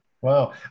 Wow